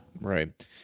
right